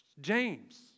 James